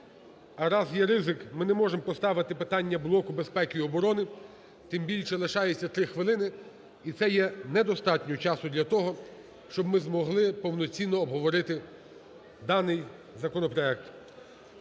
А раз є ризик, ми не можемо поставити питання блоку безпеки і оборони, тим більше лишається 3 хвилини, і це є недостатньо часу для того, щоб ми змогли повноцінно обговорити даний законопроект.